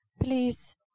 Please